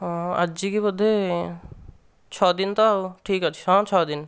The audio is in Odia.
ହଁ ଆଜିକି ବୋଧହୁଏ ଛଅ ଦିନ ତ ଆଉ ଠିକ୍ ଅଛି ହଁ ଛଅ ଦିନ